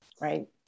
right